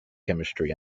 chemistry